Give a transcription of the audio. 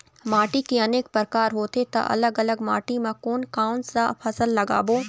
माटी के अनेक प्रकार होथे ता अलग अलग माटी मा कोन कौन सा फसल लगाबो?